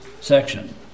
section